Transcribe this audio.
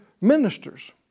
ministers